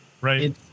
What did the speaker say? Right